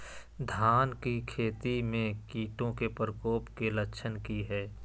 धान की खेती में कीटों के प्रकोप के लक्षण कि हैय?